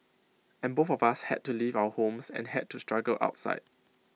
and both of us had to leave our homes and had to struggle outside